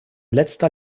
letzter